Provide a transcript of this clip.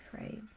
Right